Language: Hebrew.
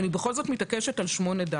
אבל אני בכל זאת מתעקשת על 8ד.